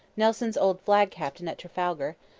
nelson's old flag-captain at trafalgar,